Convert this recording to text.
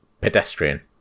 pedestrian